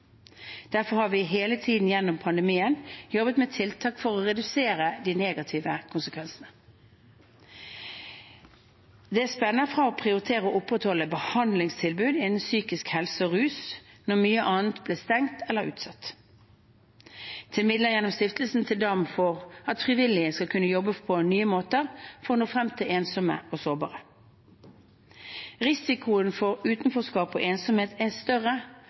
Derfor har vi hele tiden gjennom pandemien jobbet med tiltak for å redusere de negative konsekvensene. Det spenner fra å prioritere å opprettholde behandlingstilbudet innen psykisk helse og rus når mye annet blir stengt eller utsatt, til midler gjennom Stiftelsen Dam for at frivillige skal kunne jobbe på nye måter for å nå frem til ensomme og sårbare. Risikoen for utenforskap og ensomhet er større